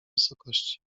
wysokości